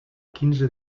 quinze